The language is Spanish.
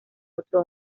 otro